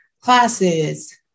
classes